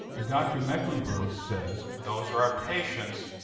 and dr. mecklenburg says those are our patients.